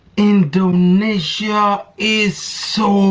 indonesia is so